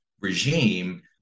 regime